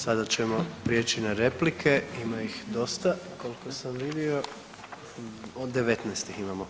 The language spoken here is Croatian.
Sada ćemo prijeći na replike, ima ih dosta koliko sam vidio 19 ih imamo.